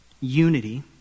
unity